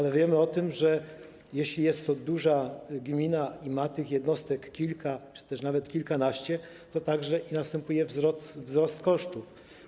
Wiemy jednak o tym, że jeśli jest to duża gmina i ma tych jednostek kilka czy też nawet kilkanaście, to nastąpi tu wzrost kosztów.